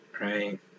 Right